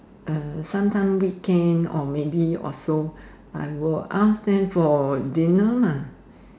uh sometime weekend or maybe or so I will ask them for dinner lah